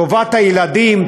טובת הילדים?